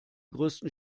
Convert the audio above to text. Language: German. größten